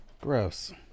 Gross